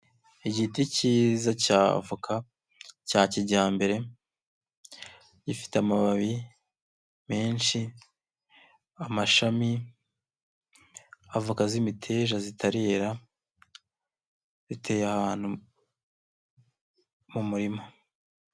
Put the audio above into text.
Igiti kiza cya avoka cya kijyambere, gifite amababi menshi, amashami, avoka z'imiteja zitarera, biteye ahantu mu murima.